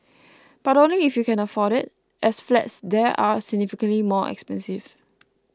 but only if you can afford it as flats there are significantly more expensive